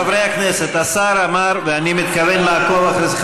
חברי הכנסת, השר אמר, ואני מתכוון לעקוב אחרי זה.